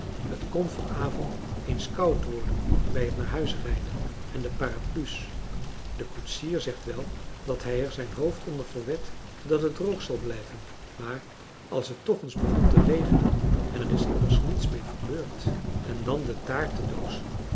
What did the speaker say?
t kon van avond eens koud worden bij het naar huis rijden en de paraplu's de koetsier zegt wel dat hij er zijn hoofd onder verwedt dat het droog zal blijven maar als het toch eens begon te regenen en er is immers niets mee verbeurd en dan de